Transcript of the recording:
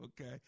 okay